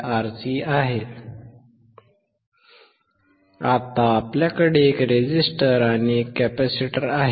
आता आपल्याकडे एक रेझिस्टर आणि एक कॅपेसिटर आहे